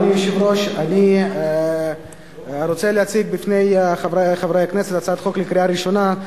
אני רוצה להציג בפני חברי הכנסת הצעת חוק לקריאה ראשונה,